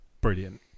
brilliant